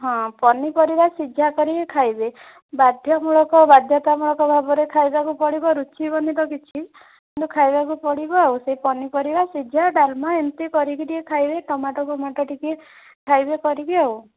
ହଁ ପନିପରିବା ସିଝା କରି ଖାଇବେ ବାଧ୍ୟମୂଳକ ବାଧ୍ୟତାମୂଳକ ଭାବରେ ଖାଇବାକୁ ପଡ଼ିବ ରୁଚିବନି ତ କିଛି କିନ୍ତୁ ଖାଇବାକୁ ପଡ଼ିବ ଆଉ ସେଇ ପନିପରିବା ସିଝା ଡ଼ାଲମା ଏମିତି କରିକି ଟିକେ ଖାଇବେ ଟମାଟୋ ଫମାଟୋ ଟିକେ ଖାଇବେ କରିକି ଆଉ